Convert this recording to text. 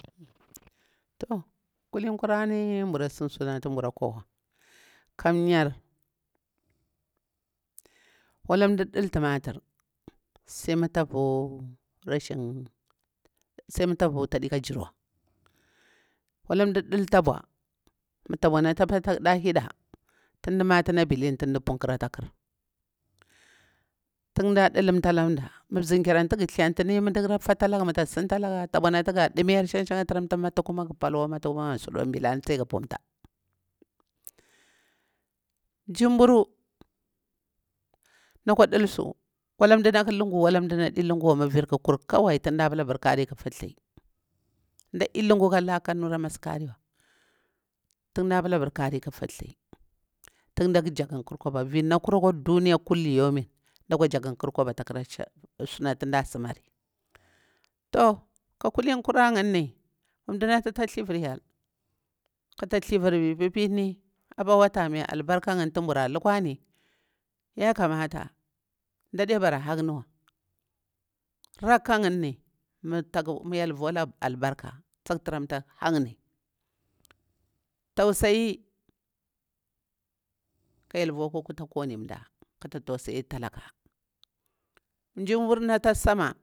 Toh kulinkurani nbura san sunati nburu kwa kamir wala nɗir dal timatir saima ta vu'u rashin, saimah ta vu'u tadikah tirwa, wala ndir ɗal tabwa, mah tabwa nati ɗapal ta ɗah hiɗa tin ɗi mati nah bilin tin ɗi punkra ata ƙar, tin ɗah dulumtalah ndah mah bzinkayar tin gu thlentini mah neli karafalaga mah tak sintalage tabwa natiga ɗimi yori shan shan adi tra nmatukumaga pal wa nmatukumaga suɗiwa nbilani sai gu pumta. Njir nburu na kwa dal su wala nɗah lungu, wala nɗanadi lunguwa, virƙu kur kawai tin de pala kari ƙu fulti ɗadadi lungu kah lah kana kara mas kariwa tin dah pala abir kari ƙu furthli. Tin ndaƙu jakuukar kwaba, vir na kura kwa duya kuli yumi ndakwa jakankar chu sunati nɗah simari. Toh kulin kura ngani mah nɗah tah thlivir hyel kata thhur vi pipinni apah wata mai albaraka ngani tu nhura lukwagani, yakamata nɗi bara handiwa, raka ngani amah ta mah hyel vulaga albarka, tsik tiramta hanni tausayi ka hyel vuwa akwa kuta kuwani ndah kata tausayi talakah njirburu nati ata sama.